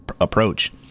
approach